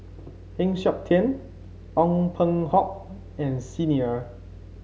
Heng Siok Tian Ong Peng Hock and Xi Ni Er